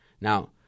Now